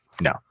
no